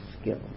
skill